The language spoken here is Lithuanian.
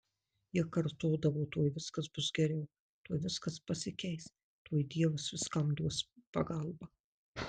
jie kartodavo tuoj viskas bus geriau tuoj viskas pasikeis tuoj dievas viskam duos pagalbą